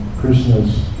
Krishna's